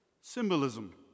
symbolism